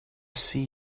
see